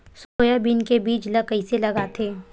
Soybean के बीज ल कइसे लगाथे?